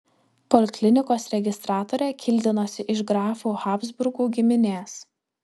poliklinikos registratorė kildinosi iš grafų habsburgų giminės